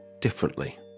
differently